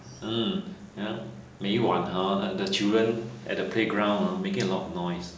hmm ya 每一晚 hor the the children at the playground making a lot of noise